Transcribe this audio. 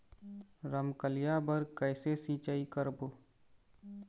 रमकलिया बर कइसे सिचाई करबो?